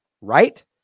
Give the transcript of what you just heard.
right